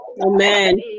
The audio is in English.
amen